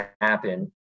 happen